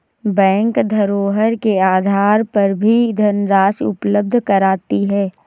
bank धरोहर के आधार पर भी धनराशि उपलब्ध कराती है